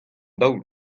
daol